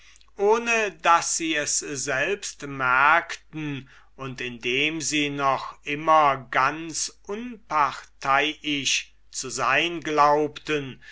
ohne daß es sie selbst merkten und indem sie noch immer ganz unparteiisch zu sein glaubten